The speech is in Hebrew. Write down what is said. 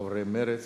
חברי מרצ,